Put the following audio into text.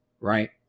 right